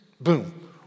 boom